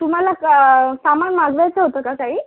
तुम्हाला क सामान मागवायचं होतं का काही